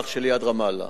נבי-סאלח שליד רמאללה.